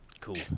Cool